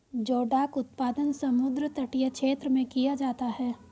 जोडाक उत्पादन समुद्र तटीय क्षेत्र में किया जाता है